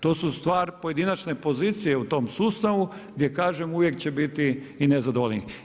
To su stvari pojedinačne pozicije u tom sustavu gdje kažem uvijek će biti i nezadovoljnih.